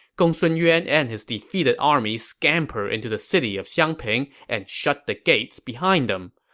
gongsun yuan and his defeated army scampered into the city of xiangping and shut the gates behind them.